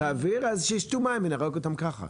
האוויר אז שישתו מים ונהרוג אותם ככה.